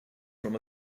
from